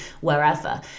wherever